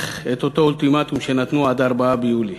את אותו אולטימטום שנתנו עד 4 ביולי.